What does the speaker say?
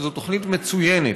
שזו תוכנית מצוינת,